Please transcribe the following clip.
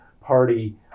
party